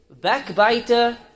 backbiter